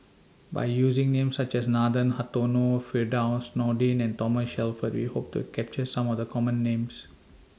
By using Names such as Nathan Hartono Firdaus Nordin and Thomas Shelford We Hope to capture Some of The Common Names